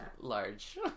large